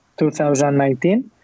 2019